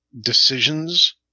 decisions